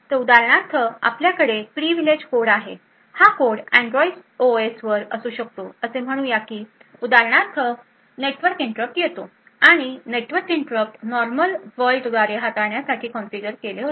तर उदाहरणार्थ आपल्याकडे प्रीव्हिलेज कोड आहे हा कोड अँड्रॉइड ओएस वर असू शकतो असे म्हणूया की उदाहरणार्थ नेटवर्क इंटरप्ट येतो आणि नेटवर्क इंटरप्ट नॉर्मल वर्ल्ड द्वारे हाताळण्यासाठी कॉन्फिगर केले होते